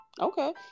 Okay